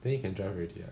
then you can drive already [what]